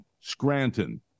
Scranton